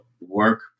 work